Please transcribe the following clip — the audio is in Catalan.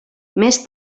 més